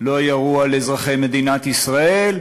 לא ירו על אזרחי מדינת ישראל,